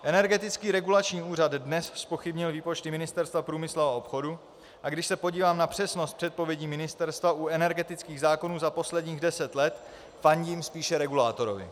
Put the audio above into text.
Energetický regulační úřad dnes zpochybnil výpočty Ministerstva průmyslu a obchodu, a když se podívám na přesnost předpovědí ministerstva u energetických zákonů za posledních deset let, fandím spíše regulátorovi.